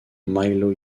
milo